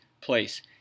place